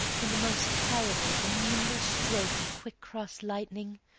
in the most terrible and nimble stroke of quick cross lightning?